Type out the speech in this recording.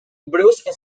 bruce